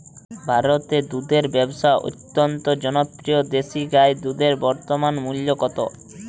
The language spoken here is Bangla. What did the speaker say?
ভারতে দুধের ব্যাবসা অত্যন্ত জনপ্রিয় দেশি গাই দুধের বর্তমান মূল্য কত?